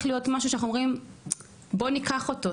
להיות משהו שאנחנו אומרים בוא ניקח אותו?